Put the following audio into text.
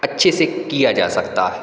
अच्छे से किया जा सकता है